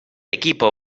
equipo